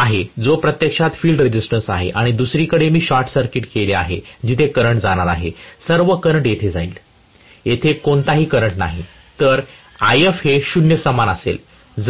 आहे जो प्रत्यक्षात फील्ड रेझिस्टन्स आहे आणि दुसरीकडे मी शॉर्ट सर्किट केलेले आहे जिथे करंट जाणार आहे सर्व करंट येथे जाईल येथे कोणताही करंट नाही तर If हे 0 समान असेल